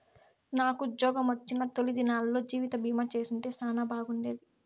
నాకుజ్జోగమొచ్చిన తొలి దినాల్లో జీవితబీమా చేసుంటే సానా బాగుండేది